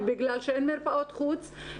ובגלל שאין מרפאות חוץ.